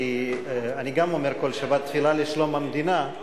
כי גם אני אומר כל שבת תפילה לשלום המדינה.